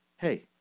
Hey